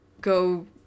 Go